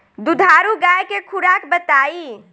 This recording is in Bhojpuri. दुधारू गाय के खुराक बताई?